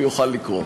הוא יוכל לקרוא.